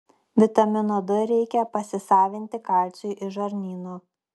vitamino d reikia pasisavinti kalciui iš žarnyno